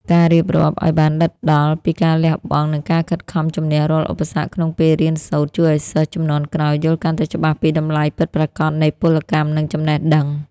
ការរៀបរាប់ឱ្យបានដិតដល់ពីការលះបង់ និងការខិតខំជម្នះរាល់ឧបសគ្គក្នុងពេលរៀនសូត្រ ជួយឱ្យសិស្សជំនាន់ក្រោយយល់កាន់តែច្បាស់ពីតម្លៃពិតប្រាកដនៃពលកម្ម និងចំណេះដឹង។